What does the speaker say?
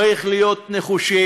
צריך להיות נחושים.